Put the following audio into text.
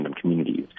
communities